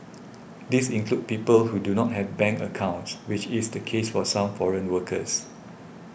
these include people who do not have bank accounts which is the case for some foreign workers